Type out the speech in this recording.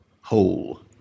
whole